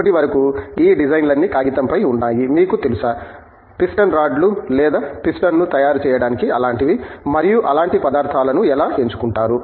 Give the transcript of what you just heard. ఇప్పటివరకు ఈ డిజైన్లన్నీ కాగితంపై ఉన్నాయి మీకు తెలుసా పిస్టన్ రాడ్లు లేదా పిస్టన్ను తయారు చేయడానికి అలాంటివి మరియు అలాంటి పదార్థాలను ఎలా ఎంచుకుంటారు